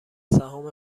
سهام